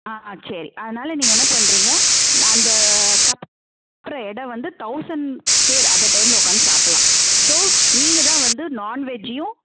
ஆ சரி அதனால் நீங்க என்ன பண்ணுறீங்க அந்த கற் ட்ற இடம் வந்து தௌசண்ட் பேர் அட் எ டைம்மில் உக்காந்து சாப்புடல்லாம் ஸோ நீங்கள் தான் வந்து நான்வெஜ்ஜையும்